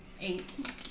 Eight